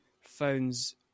phones